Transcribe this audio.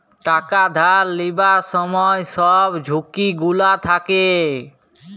টাকা ধার লিবার ছময় ছব ঝুঁকি গুলা থ্যাকে